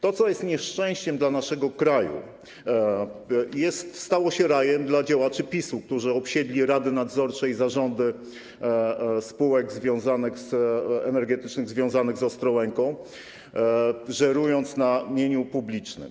To, co jest nieszczęściem dla naszego kraju, stało się rajem dla działaczy PiS-u, którzy obsiedli rady nadzorcze i zarządy spółek energetycznych związanych z Ostrołęką, żerując na mieniu publicznym.